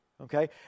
Okay